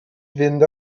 fynd